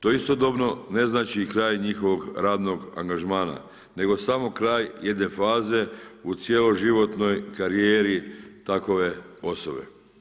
To istodobno ne znači i kraj njihovog radnog angažmana nego samo kraj jedne faze u cjeloživotnoj karijeri takove osobe.